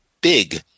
big